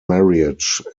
marriage